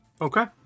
Okay